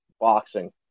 boxing